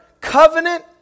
covenant